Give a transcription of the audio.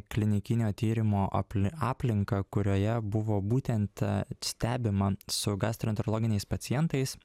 klinikinio tyrimo apli aplinką kurioje buvo būtent stebima su gastroenterologiniais pacientais